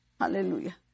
Hallelujah